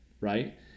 right